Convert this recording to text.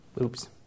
Oops